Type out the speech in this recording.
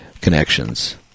Connections